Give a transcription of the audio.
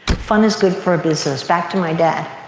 fun is good for a business. back to my dad.